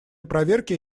проверки